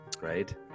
Right